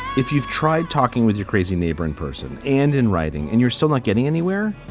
if you've tried talking with your crazy neighbor in person and in writing and you're still not getting anywhere,